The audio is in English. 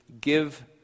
give